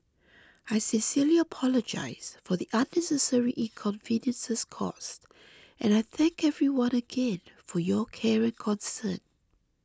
I sincerely apologise for the unnecessary inconveniences caused and I thank everyone again for your care and concern